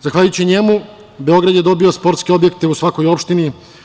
Zahvaljujući njemu, Beograd je dobio sportske objekte u svakoj opštini.